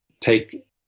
take